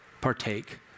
partake